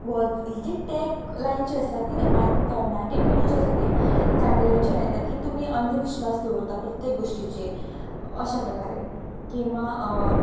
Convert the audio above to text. ही जी टॅगलायन जी आसा ती तरणाटे पिडी जी आसा ती जाणटेल्यांची लायता की तुमी अंधविश्वास दवरता प्रत्येक गोश्टीचेर अशा प्रकारे किंवां